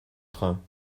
train